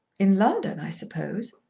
in london, i suppose.